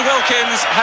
Wilkins